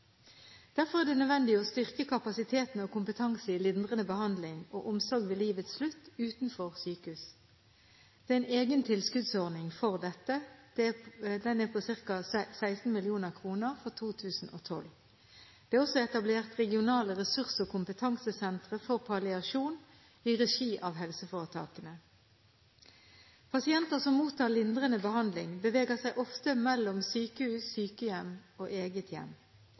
Derfor er det nødvendig å styrke kapasiteten og kompetansen i lindrende behandling og omsorg ved livets slutt, utenfor sykehus. Det er en egen tilskuddsordning for dette. Den er på ca. 16 mill. kr for 2012. Det er også etablert regionale ressurs- og kompetansesentre for palliasjon i regi av helseforetakene. Pasienter som mottar lindrende behandling, beveger seg ofte mellom sykehus, sykehjem og eget hjem.